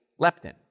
leptin